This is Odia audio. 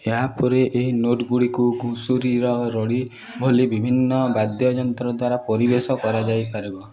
ଏହା ପରେ ଏହି ନୋଟ୍ ଗୁଡ଼ିକୁ ଘୁଷୁରୀର ରଡ଼ି ଭଳି ବିଭିନ୍ନ ବାଦ୍ୟଯନ୍ତ୍ର ଦ୍ୱାରା ପରିବେଷ କରାଯାଇପାରିବ